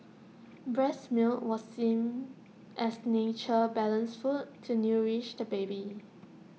breast milk was seen as nature's balanced food to nourish the baby